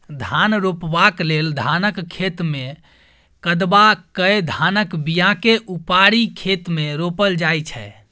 धान रोपबाक लेल धानक खेतमे कदबा कए धानक बीयाकेँ उपारि खेत मे रोपल जाइ छै